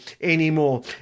anymore